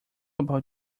about